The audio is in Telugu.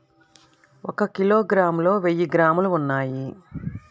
ఒక కిలోగ్రామ్ లో వెయ్యి గ్రాములు ఉన్నాయి